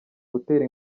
gutera